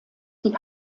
die